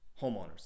homeowners